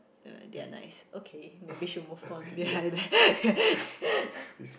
uh they are nice okay maybe should move on